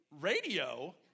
Radio